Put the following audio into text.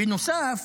בנוסף,